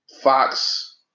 Fox